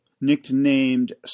nicknamed